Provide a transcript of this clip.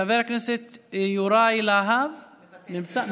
חבר הכנסת יוראי להב נמצא?